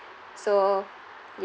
so